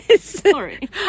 Sorry